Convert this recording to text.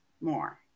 more